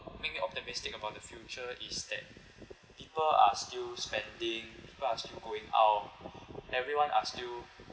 make me optimistic about the future is that people are still spending people are still going out everyone are still